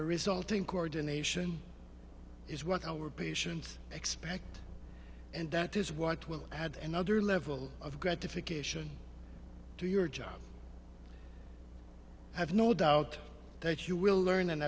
the resulting coordination is what our patients expect and that is what will add another level of gratification to your job i have no doubt that you will learn and